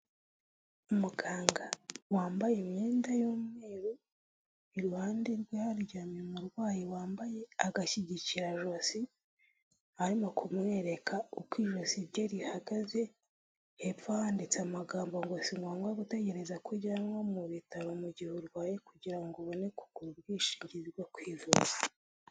Umuganga wambaye imyenda y’umweru, iruhande rwe haryamye umurwayi wambaye agashyigikira josi, arimo kumwereka uko ijosi rye rihagaze. Hepfo handitse amagambo ngo: “Singombwa gutegereza ko ujyanwa mu bitaro mu gihe urwaye kugira ngo ubone kugura ubwishingizi bwo kwivuza”